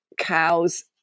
cows